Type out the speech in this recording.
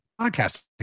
podcasting